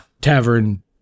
tavern